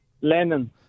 Lennon